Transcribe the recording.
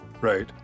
Right